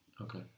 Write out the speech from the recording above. Okay